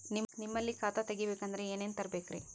ನಿಮ್ಮಲ್ಲಿ ಖಾತಾ ತೆಗಿಬೇಕಂದ್ರ ಏನೇನ ತರಬೇಕ್ರಿ?